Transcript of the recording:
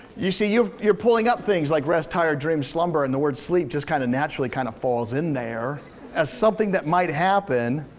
you see, you're you're pulling up things like rest, tired, dream, slumber, and the word sleep just kinda naturally kinda kind of falls in there as something that might happen.